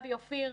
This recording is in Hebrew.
גבי אופיר,